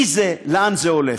מי זה, לאן זה הולך.